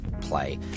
play